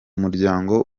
muryango